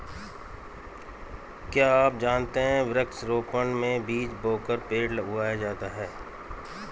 क्या आप जानते है वृक्ष रोपड़ में बीज बोकर पेड़ उगाया जाता है